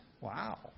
Wow